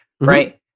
right